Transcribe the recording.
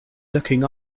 looking